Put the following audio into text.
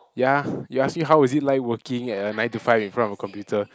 ya you ask me how is it like working a nine to five in front of a computer